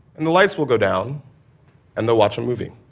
and the lights will go down and they'll watch a movie.